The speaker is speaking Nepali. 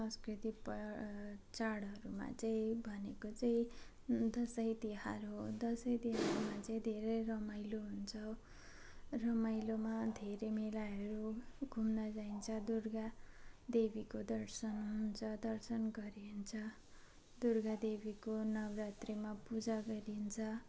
संस्कृति पर चाडहरूमा चाहिँ भनेको चाहिँ दसैँ तिहार हो दसैँ तिहारमा चाहिँ धेरै रमाइलो हुन्छ रमाइलोमा धेरै मेलाहरू घुम्न जाइन्छ दुर्गा देवीको दर्शन हुन्छ दर्शन गरिन्छ दुर्गा देवीको नव रात्रिमा पूजा गरिन्छ